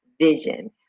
vision